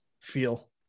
feel